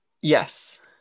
Yes